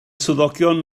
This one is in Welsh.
swyddogion